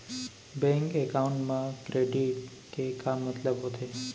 Bank account मा credit के का मतलब होथे?